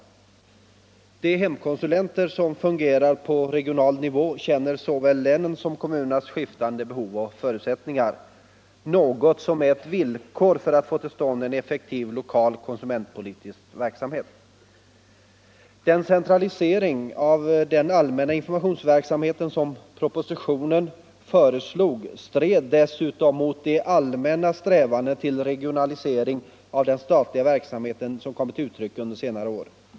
De hemkonsulenter som fungerar på regional nivå känner såväl länens som kommunernas skiftande behov och förutsättningar, något som är ett villkor för att få till stånd en effektiv lokal konsumentpolitisk verksamhet. Den centralisering av den allmänna informationsverksamheten som propositionen föreslog strider dessutom mot de allmänna strävanden till regionalisering av den statliga verksamheten som kommit till uttryck under senare år.